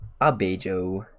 Abejo